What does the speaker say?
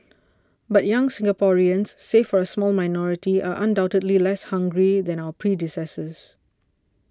but young Singaporeans save for a small minority are undoubtedly less hungry than our predecessors